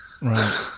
Right